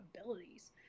abilities